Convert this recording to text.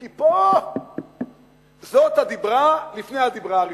כי פה זאת הדיברה לפני הדיברה הראשונה.